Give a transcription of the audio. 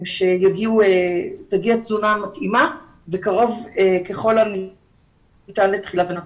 שתגיע תזונה מתאימה, וקרוב ככל הניתן לתחילת שנה.